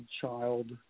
child